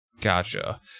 Gotcha